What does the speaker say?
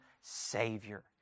Savior